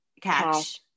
catch